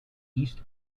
east